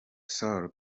sall